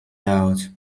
out